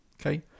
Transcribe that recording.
okay